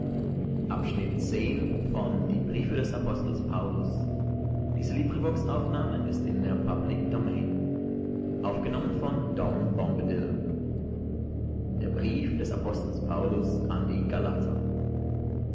amen der brief des paulus an die galater